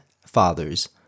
fathers